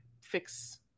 fix